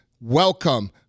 welcome